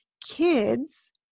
kids